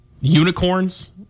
unicorns